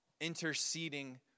interceding